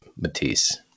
Matisse